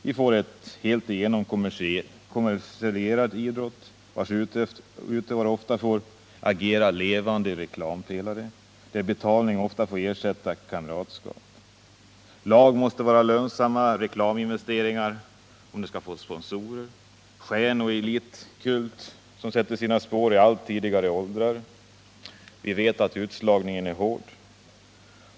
Vi får en helt igenom kommersialiserad elitidrott, vars utövare ofta får agera levande reklampelare, där betalning ofta får ersätta kamratskap. Lag måste vara lönsamma reklaminvesteringar, om de skall få ”sponsorer”. Stjärnoch elitkult sätter sina spår i allt tidigare åldrar. Vi vet att utslagningen är hård.